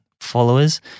followers